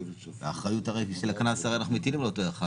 הרי את האחריות של הקנס אנחנו מטילים על אותו אחד